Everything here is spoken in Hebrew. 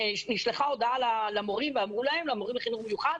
נשלחה הודעה למורים לחינוך מיוחד